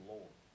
Lord